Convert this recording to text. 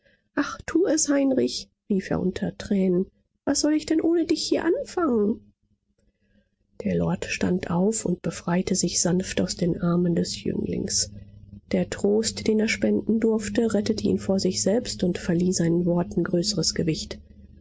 ach tu es heinrich rief er unter tränen was soll ich denn ohne dich hier anfangen der lord stand auf und befreite sich sanft aus den armen des jünglings der trost den er spenden durfte rettete ihn vor sich selbst und verlieh seinen worten größeres gewicht